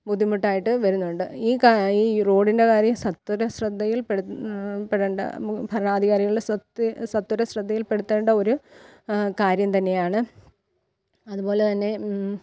ബുദ്ധിമുട്ടായിട്ട് വരുന്നുണ്ട് ഈ കാ ഈ റോഡിന്റെ കാര്യം സത്വര ശ്രദ്ധയിൽപ്പെട്ട് പെടേണ്ട ഭരണാധികാരികളുടെ സത്വ സത്വര ശ്രദ്ധയിൽപ്പെടുത്തേണ്ട ഒരു കാര്യം തന്നെയാണ് അതുപോലെതന്നെ